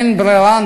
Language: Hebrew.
אין ברירה,